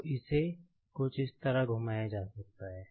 तो इसे कुछ इस तरह घुमाया जा सकता है